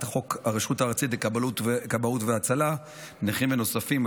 חוק הרשות הארצית לכבאות והצלה (נכים ונספים),